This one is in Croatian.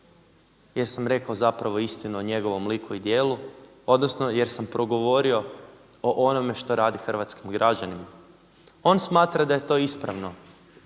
jer sam rekao zapravo istinu o njegovom liku i djelu, odnosno jer sam progovorio o onome što radi hrvatskim građanima. On smatra da je to ispravno.